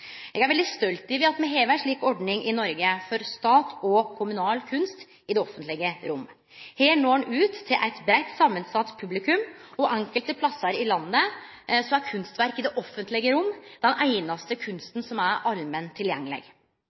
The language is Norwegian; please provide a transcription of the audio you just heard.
Eg er veldig stolt over at me i Noreg har ei slik ordning for statleg og kommunal kunst i det offentlege rommet. Her når ein ut til et breitt, samansett publikum, og enkelte plassar i landet er kunstverk i det offentlege rom den einaste kunsten som er allment tilgjengeleg.